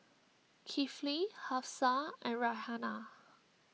Kifli Hafsa and Raihana